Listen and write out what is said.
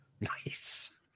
Nice